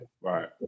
right